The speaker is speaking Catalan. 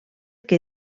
que